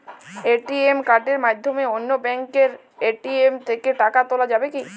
ATM কার্ডের মাধ্যমে অন্য ব্যাঙ্কের এ.টি.এম থেকে টাকা তোলা যাবে কি?